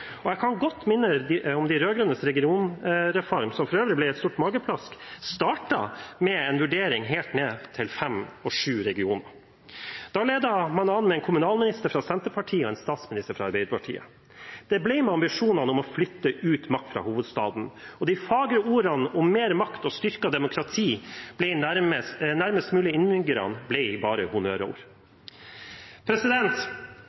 Og jeg kan godt minne om at de rød-grønnes regionreform, som for øvrig ble et stort mageplask, startet med en vurdering helt ned til fem og sju regioner. Da ledet man an med en kommunalminister fra Senterpartiet og en statsminister fra Arbeiderpartiet. Det ble med ambisjonene om å flytte ut makt fra hovedstaden, og de fagre ordene om mer makt og styrket demokrati nærmest mulig innbyggerne ble bare